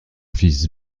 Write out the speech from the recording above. fils